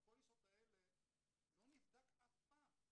בפוליסות האלה לא נבדק אף פעם,